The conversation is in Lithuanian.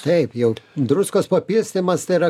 taip jau druskos papilstymas tai yra